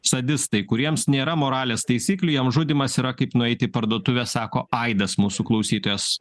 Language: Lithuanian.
sadistai kuriems nėra moralės taisyklių jiems žudymas yra kaip nueiti į parduotuves sako aidas mūsų klausytojas